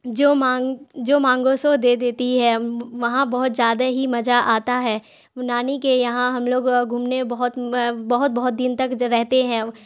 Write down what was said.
جو مانگ جو مانگوسو دے دیتی ہے وہاں بہت زیادہ ہی مزہ آتا ہے نانی کے یہاں ہم لوگ گھومنے بہت بہت بہت دن تک رہتے ہیں